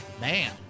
man